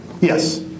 Yes